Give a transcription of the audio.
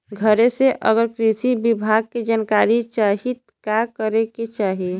घरे से अगर कृषि विभाग के जानकारी चाहीत का करे के चाही?